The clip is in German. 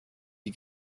die